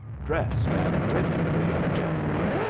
dressed and ready for young geoffrey.